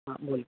हां बोल